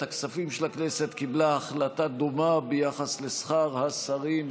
הכספים של הכנסת קיבלה החלטה דומה גם ביחס לשכר השרים,